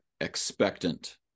expectant